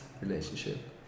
relationship